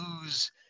lose